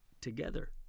together